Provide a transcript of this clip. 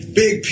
big